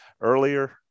earlier